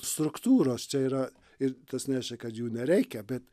struktūros čia yra ir tas neša kad jų nereikia bet